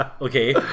okay